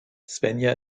svenja